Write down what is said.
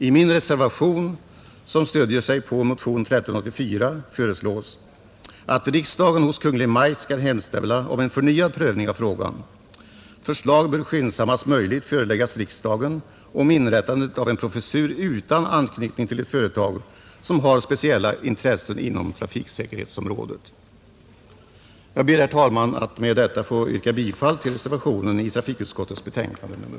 I min reservation, som stöder sig på vår motion 1384, föreslås att riksdagen hos Kungl. Maj:t skall hemställa om förnyad prövning av frågan, Förslag bör skyndsammast möjligt föreläggas riksdagen om inrättandet av en professur utan anknytning till ett företag som har speciella intressen inom trafiksäkerhetsområdet. Jag ber, herr talman, att med detta få yrka bifall till reservationen i trafikutskottets betänkande nr 7.